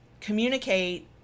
communicate